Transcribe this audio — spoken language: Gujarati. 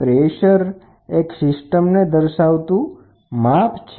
તે એક સિસ્ટમને દર્શાવતું માપ છે